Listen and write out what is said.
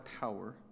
power